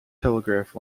telegraph